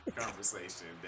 conversation